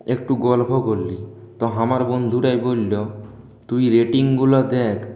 একটু গল্প করলি তো আমার বন্ধুটাই বলল তুই রেটিংগুলো দেখ